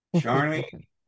Charlie